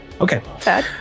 okay